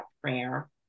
prayer